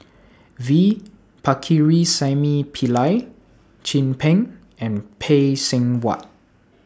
V Pakirisamy Pillai Chin Peng and Phay Seng Whatt